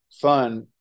fun